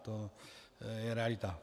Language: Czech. To je realita.